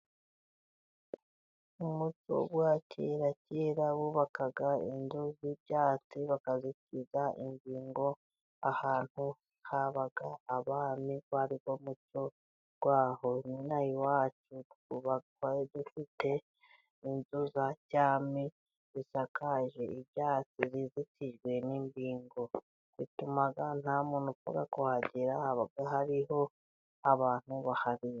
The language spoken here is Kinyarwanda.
Umuco wa kera, kera bubakaga inzu z'ibyatsi, bakazitiza imbingo, ahantu habaga abami wariwo muco waho. N'inaha iwacu twabaga dufite inzu za cyami zisakaje ibyatsi, zizitijwe n'imbingo. Bituma nta muntu upfa kuhagera, haba hariho abantu baharinze.